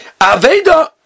Aveda